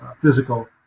physical